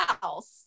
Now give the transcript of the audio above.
house